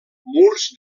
murs